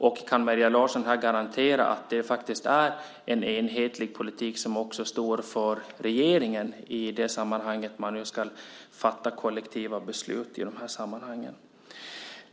Och kan Maria Larsson här garantera att det faktiskt är en enhetlig politik som också står för regeringen i och med att man nu ska fatta kollektiva beslut i de här sammanhangen?